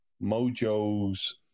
Mojo's